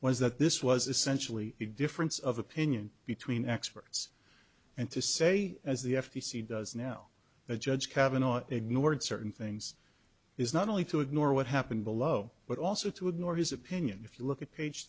was that this was essentially a difference of opinion between experts and to say as the f t c does now the judge kavanaugh ignored certain things is not only to ignore what happened below but also to ignore his opinion if you look at page